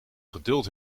geduld